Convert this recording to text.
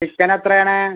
ചിക്കനെത്രയാണ്